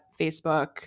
Facebook